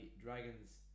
Dragons